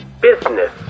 Business